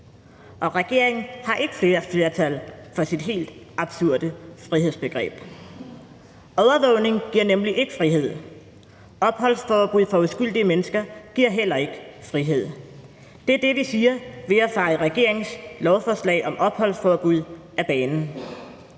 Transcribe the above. og regeringen har ikke et flertal for sit helt absurde frihedsbegreb. Overvågning giver nemlig ikke frihed, og opholdsforbud for uskyldige mennesker giver heller ikke frihed, og det er det, vi siger ved at feje regeringens lovforslag om opholdsforbud af banen.